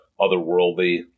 otherworldly